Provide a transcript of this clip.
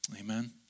Amen